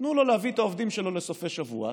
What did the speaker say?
תנו לו להביא את העובדים שלו לסופי שבוע,